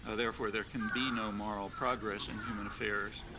ah therefore, there can be no moral progress in human affairs.